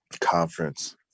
conference